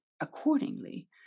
accordingly